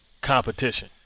competition